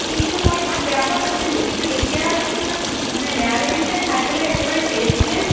কিন্তু মই ইমান বেয়া পোৱা নাছিলোঁ কিন্তু এতিয়াচোন ইমান মানে বেয়া লাগিছে খাই পেলাই একেবাৰে টেষ্টলেছ